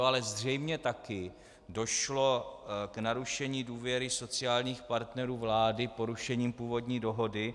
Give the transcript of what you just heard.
Ale zřejmě také došlo k narušení důvěry sociálních partnerů vlády porušením původní dohody.